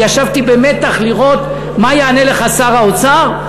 אני ישבתי במתח לראות מה יענה לך שר האוצר.